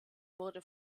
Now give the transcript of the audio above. wurde